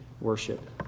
worship